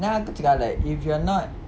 then aku cakap like if you're not